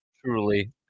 Truly